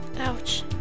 Ouch